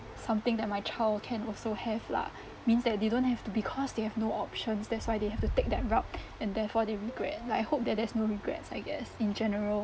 something that my child can also have lah means that they don't have to because they have no options that's why they have to take that route and therefore they regret like hope that there's no regrets I guess in general